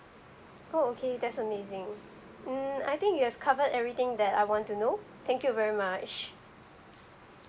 oh okay that's amazing um I think you have covered everything that I want to know thank you very much